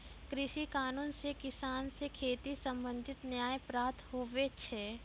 कृषि कानून से किसान से खेती संबंधित न्याय प्राप्त हुवै छै